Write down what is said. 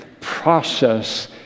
process